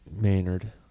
Maynard